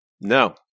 No